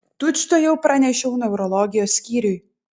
tučtuojau pranešiau neurologijos skyriui